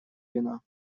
вина